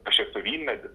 aš esu vynmedis